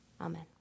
Amen